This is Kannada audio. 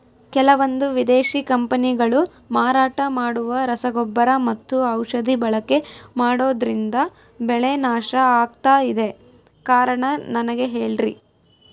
ಕೆಲವಂದು ವಿದೇಶಿ ಕಂಪನಿಗಳು ಮಾರಾಟ ಮಾಡುವ ರಸಗೊಬ್ಬರ ಮತ್ತು ಔಷಧಿ ಬಳಕೆ ಮಾಡೋದ್ರಿಂದ ಬೆಳೆ ನಾಶ ಆಗ್ತಾಇದೆ? ಕಾರಣ ನನಗೆ ಹೇಳ್ರಿ?